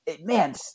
man